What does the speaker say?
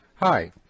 Hi